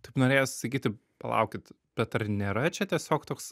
taip norėjosi sakyti palaukit bet ar nėra čia tiesiog toks